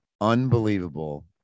unbelievable